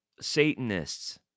Satanists